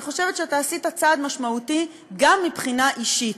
אני חושבת שאתה עשית צעד משמעותי גם מבחינה אישית,